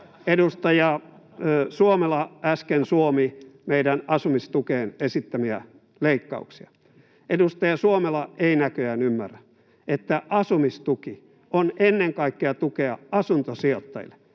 Edustaja Suomela äsken suomi meidän asumistukeen esittämiämme leikkauksia. Edustaja Suomela ei näköjään ymmärrä, että asumistuki on ennen kaikkea tukea asuntosijoittajille.